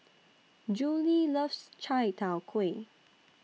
Julie loves Chai Tow Kway